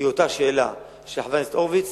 היא אותה שאלה של חבר הכנסת הורוביץ,